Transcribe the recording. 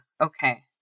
okay